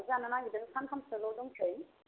औ जानो नागिरदों सानथाम सोल' दंसै